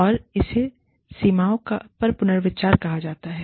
और इसे सीमाओं पर पुनर्विचार कहा जाता है